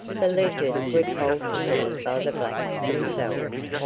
the legends were told to me by the blacks themselves,